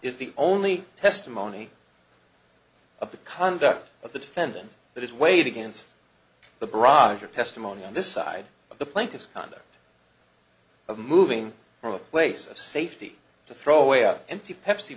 is the only testimony of the conduct of the defendant that is weighed against the barrage of testimony on this side of the plaintiff's conduct of moving from a place of safety to throw away empty pepsi